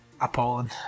appalling